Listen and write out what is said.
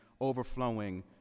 overflowing